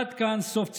עד כאן, סוף ציטוט.